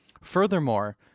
furthermore